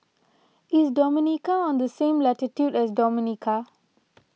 is Dominica on the same latitude as Dominica